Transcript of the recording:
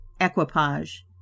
equipage